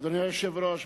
אדוני היושב-ראש,